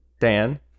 Dan